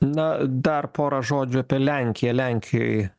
na dar porą žodžių apie lenkiją lenkijoj